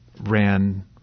ran